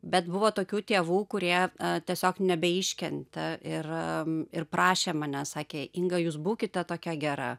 bet buvo tokių tėvų kurie tiesiog nebeiškentė ir ir prašė mane sakė inga jūs būkite tokia gera